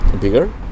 bigger